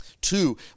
two